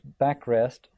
backrest